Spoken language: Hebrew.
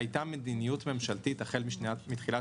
הייתה מדיניות ממשלתית החל מתחילת